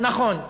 נכון,